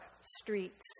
streets